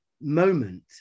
moment